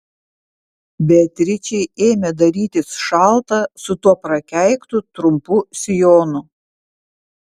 beatričei ėmė darytis šalta su tuo prakeiktu trumpu sijonu